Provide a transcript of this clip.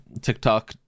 TikTok